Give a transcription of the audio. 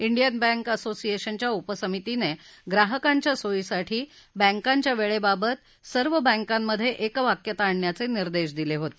Indian bank असोसिएशनच्या उपसमितीनं ग्राहकांच्या सोयीसाठी बैंकांच्या वेळेबाबत सर्व बैंकांमध्ये एकवाक्यता आणण्याचे निर्देश दिले होते